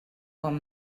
com